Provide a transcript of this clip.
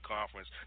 Conference